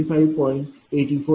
आणि I3iC50∠ 25